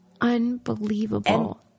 unbelievable